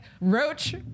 roach